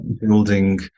building